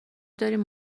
داریم